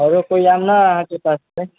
आरु कोइ आम ना है अहाँके पासमे